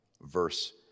verse